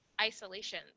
isolation